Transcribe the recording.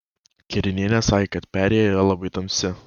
kerinienė sakė kad perėja yra labai tamsi